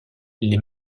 les